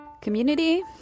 Community